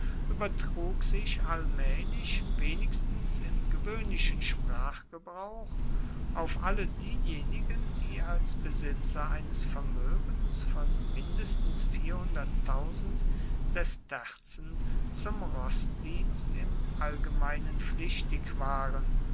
übertrug sich allmählich wenigstens im gewöhnlichen sprachgebrauch auf alle diejenigen die als besitzer eines vermögens von mindestens sesterzen zum roßdienst im allgemeinen pflichtig waren